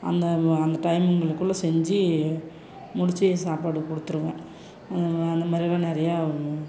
அந்த அந்த டைமுங்களுக்குள்ளே செஞ்சு முடித்து சாப்பாடு கொடுத்துருவேன் அந்த மாதிரியெல்லாம் நிறையா